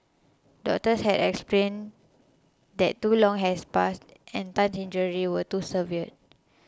doctors had explain that too long has passed and Tan's injuries were too severe